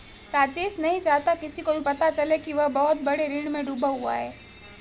राजेश नहीं चाहता किसी को भी पता चले कि वह बहुत बड़े ऋण में डूबा हुआ है